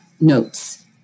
notes